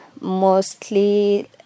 mostly